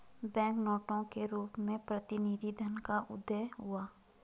bank नोटों के रूप में प्रतिनिधि धन का उदय हुआ